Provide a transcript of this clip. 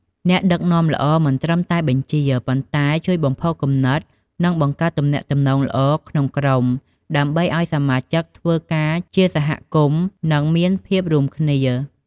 អ្នកដឹកនាំល្អមិនត្រឹមតែបញ្ជា ប៉ុន្តែជួយបំផុសគំនិត និងបង្កើតទំនាក់ទំនងល្អក្នុងក្រុម ដើម្បីឲ្យសមាជិកធ្វើការជាសហគមន៍ និងមានភាពរួមគ្នា។